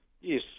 Yes